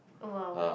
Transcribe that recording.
!wow!